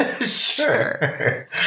Sure